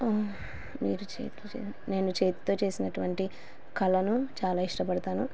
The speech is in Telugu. మీరు చేతి నేను చేతితో చేసినటువంటి కళను చాలా ఇష్టపడతాను